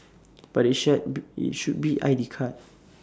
but IT shall be IT should be I D card